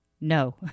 no